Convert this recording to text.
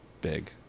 Big